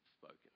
spoken